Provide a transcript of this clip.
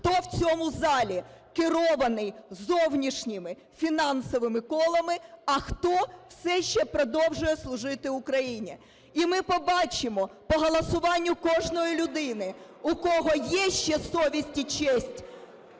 хто в цьому залі керований зовнішніми фінансовими колами, а хто все ще продовжує служити Україні. І ми побачимо по голосуванню кожної людини, у кого є ще совість і честь